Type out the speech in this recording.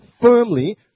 firmly